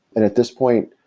and at this point,